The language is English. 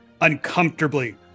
uncomfortably